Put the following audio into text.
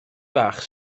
bach